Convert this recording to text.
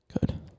Good